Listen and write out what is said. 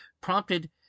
prompted